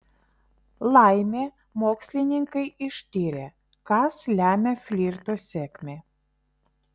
laimė mokslininkai ištyrė kas lemia flirto sėkmę